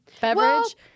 beverage